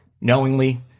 knowingly